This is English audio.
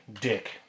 Dick